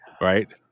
right